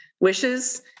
wishes